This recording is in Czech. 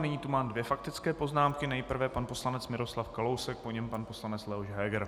Nyní tu mám dvě faktické poznámky nejprve pan poslanec Miroslav Kalousek, po něm pan poslanec Leoš Heger.